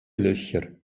löcher